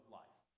life